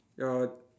your